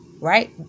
right